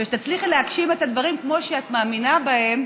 ושתצליחי להגשים את הדברים כמו שאת מאמינה בהם,